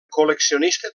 col·leccionista